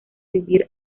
vivir